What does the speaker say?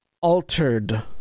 altered